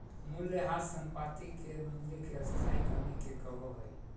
मूल्यह्रास संपाति के मूल्य मे स्थाई कमी के कहो हइ